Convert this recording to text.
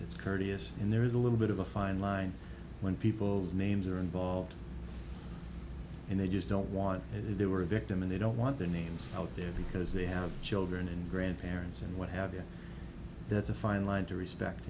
it's courteous and there is a little bit of a fine line when people's names are involved and they just don't want there were a victim and they don't want their names out there because they have children and grandparents and what have you that's a fine line to respect